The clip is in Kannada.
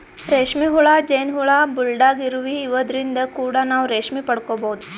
ರೇಶ್ಮಿ ಹುಳ, ಜೇನ್ ಹುಳ, ಬುಲ್ಡಾಗ್ ಇರುವಿ ಇವದ್ರಿನ್ದ್ ಕೂಡ ನಾವ್ ರೇಶ್ಮಿ ಪಡ್ಕೊಬಹುದ್